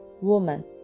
Woman